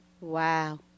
Wow